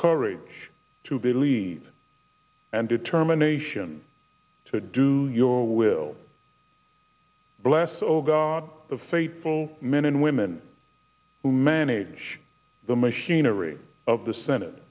courage to be lead and determination to do your will bless so god of faithful men and women who manage the machinery of the senate